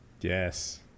Yes